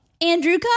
Andrew